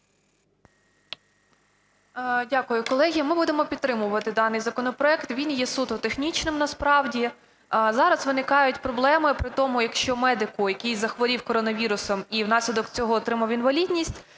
Дякую. Колеги, ми будемо підтримувати даний законопроект, він є суто технічним насправді. А зараз виникають проблеми при тому, якщо медик, який захворів коронавірусом і внаслідок цього отримав інвалідність,